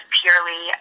purely